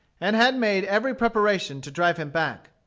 and had made every preparation to drive him back.